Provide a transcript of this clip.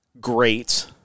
great